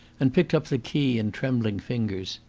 and picked up the key in trembling fingers.